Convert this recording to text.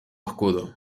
escudo